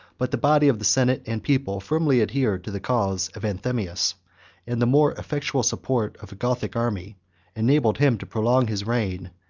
but the body of the senate and people firmly adhered to the cause of anthemius and the more effectual support of a gothic army enabled him to prolong his reign,